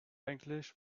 eigentlich